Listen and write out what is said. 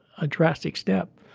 a drastic step.